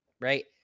right